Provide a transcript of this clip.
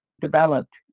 developed